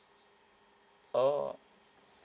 oh